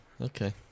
Okay